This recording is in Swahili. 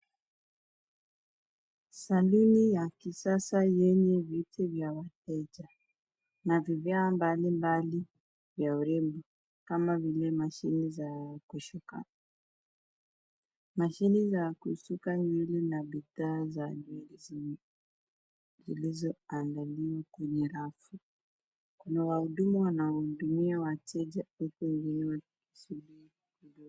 Saluni ya kisasa yenye viti vya wateja na vivyam mbalimbali vya urembo kama vile mashine za kushuka. Mashine za kusuka nywele na bidhaa za nywele zimeandaliwa kwenye rafu. Kuna wahudumu wanahudumia wateja huku wengine wkisuburi kidogo.